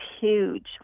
huge